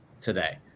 today